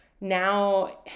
now